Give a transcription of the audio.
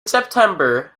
september